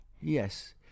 Yes